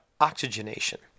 oxygenation